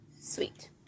Sweet